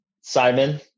Simon